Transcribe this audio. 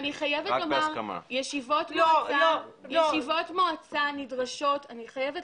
אני חייבת לומר שישיבות מועצה נדרשות אני חייבת